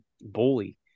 bully